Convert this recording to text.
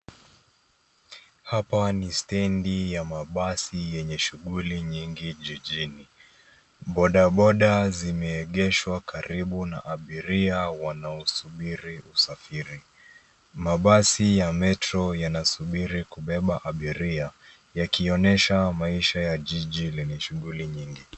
Hapa ni stedi ya mabasi yenye shughuli nyingi jijini. Bodaboda zimeegeshwa karibu na abiria wanaosubiri usafiri. Mabasi ya metro yanasubiri kubeba abiria yakionyesha maisha ya jiji yenye shughuli nyingi.